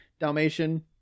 dalmatian